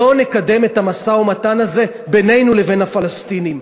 לא נקדם את המשא-ומתן הזה בינינו לבין הפלסטינים?